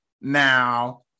now